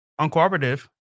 uncooperative